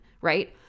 right